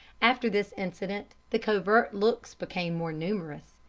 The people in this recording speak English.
after this incident the covert looks became more numerous,